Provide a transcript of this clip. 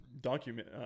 document